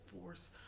force